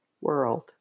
world